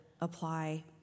apply